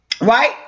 right